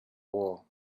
war